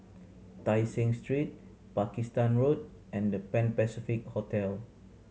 Tai Seng Street Pakistan Road and The Pan Pacific Hotel